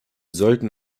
sollten